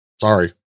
Sorry